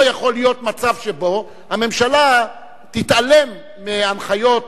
לא יכול להיות מצב שבו הממשלה תתעלם מהנחיות